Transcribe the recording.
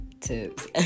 tips